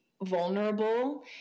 vulnerable